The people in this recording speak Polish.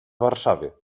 warszawie